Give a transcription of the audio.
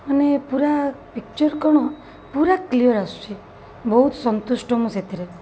ମାନେ ପୂରା ପିକ୍ଚର୍ କ'ଣ ପୂରା କ୍ଲିୟର୍ ଆସୁଛି ବହୁତ ସନ୍ତୁଷ୍ଟ ମୁଁ ସେଥିରେ